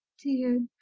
to